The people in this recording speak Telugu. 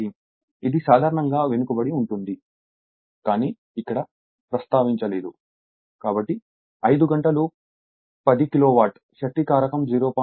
లాగింగ్ ఇది సాధారణంగా వెనుకబడి ఉంటుంది కానీ ఇక్కడ ప్రస్తావించలేదు కాబట్టి 5 గంటలు 10 కిలోవాట్ శక్తి కారకం 0